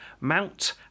Mount